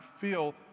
feel